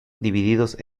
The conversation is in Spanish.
divididos